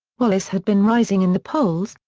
wallace had been rising in the polls,